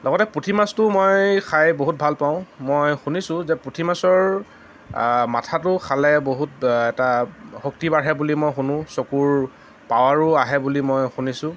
লগতে পুঠি মাছটো মই খাই বহুত ভাল পাওঁ মই শুনিছোঁ যে পুঠি মাছৰ মাথাটো খালে বহুত এটা শক্তি বাঢ়ে বুলি মই শুনো চকুৰ পাৱাৰো আহে বুলি মই শুনিছোঁ